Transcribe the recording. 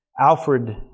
Alfred